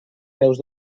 peus